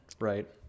right